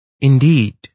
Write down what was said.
Indeed